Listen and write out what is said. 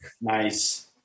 Nice